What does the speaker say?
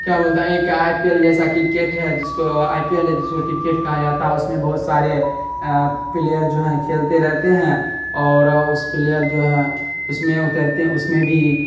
کیا بولتا ایک آئی پی ایل جیسا کرکٹ ہے جس کو آئی پی ایل ہے جس کو کرکٹ کہا جاتا ہے اور اس میں بہت سارے پلیئر جو ہیں کھیلتے رہتے ہیں اور اس پلیئر جو ہے اس میں اترتے ہیں اس میں بھی